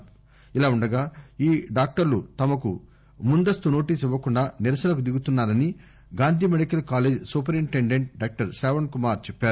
యిలా వుండగా ఈ డాక్టర్లు తమకు ముందస్తు నోటీసు యివ్వకుండా నిరసనకు దిగుతున్నారని Gandhi medical college superintendent doctor Shravan Kumar చెప్పారు